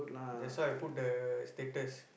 that's why I put the status